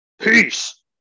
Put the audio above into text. Peace